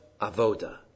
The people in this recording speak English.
Avoda